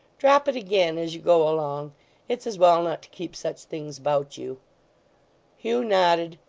drop it again as you go along it's as well not to keep such things about you hugh nodded,